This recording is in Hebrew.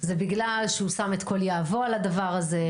זה בגלל שהוא שם את כל יהבו על הדבר הזה,